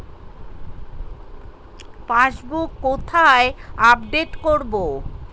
Passbook কোথায় update করব?